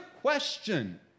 question